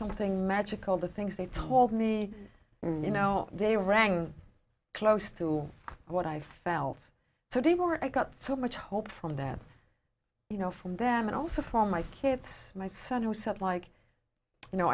something magical the things they told me you know they rang close to what i felt so before i got so much hope from that you know from them and also from my kids my son who said like you know